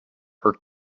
her